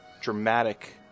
dramatic